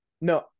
No